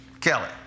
Kelly